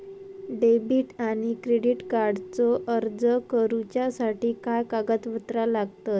Debit आणि credit कार्डचो अर्ज करुच्यासाठी काय कागदपत्र लागतत?